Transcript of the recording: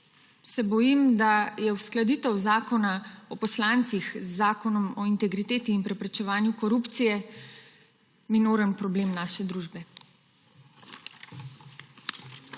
se bojim, da je uskladitev Zakona o poslancih z Zakonom o integriteti in preprečevanju korupcije minoren problem naše družbe.